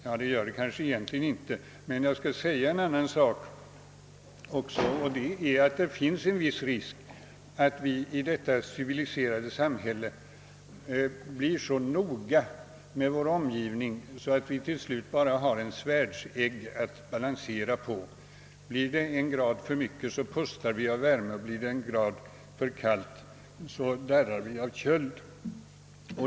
Jag vill emellertid också säga att det finns en risk att vi i detta civiliserade samhälle blir så noga med vår omgivning att vi till slut bara har en svärdsegg att balansera på. Blir det en grad för mycket så pustar vi av värme, och blir det en grad för kallt så darrar vi av köld.